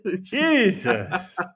Jesus